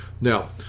now